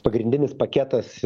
pagrindinis paketas